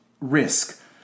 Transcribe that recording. risk